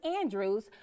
Andrews